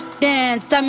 dance